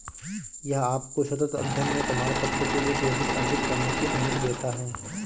यह आपको सतत अध्ययन में प्रमाणपत्र के लिए क्रेडिट अर्जित करने की अनुमति देता है